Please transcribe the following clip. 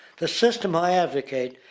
the system i advocate,